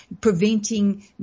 preventing